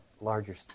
larger